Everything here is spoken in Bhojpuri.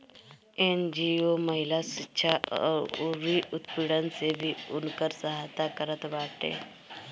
एन.जी.ओ महिला शिक्षा अउरी उत्पीड़न में भी उनकर सहायता करत बाटे